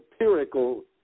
empirical